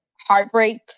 heartbreak